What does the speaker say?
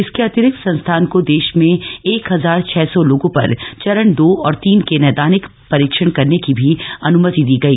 इसके अतिरिक्त संस्थान को देश में एक हजार छह सौ लोगों पर चरण दो और तीन के नैदानिक परीक्षण करने की भी अन्मति दी गई